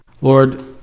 Lord